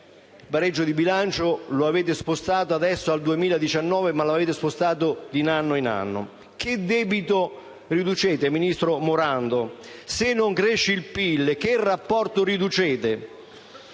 del pareggio di bilancio al 2019, ma lo avete spostato di anno in anno. Che debito riducete, vice ministro Morando? Se non cresce il PIL, che rapporto riducete?